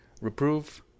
Reprove